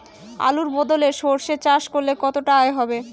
আলুর বদলে সরষে চাষ করলে কতটা আয় হবে?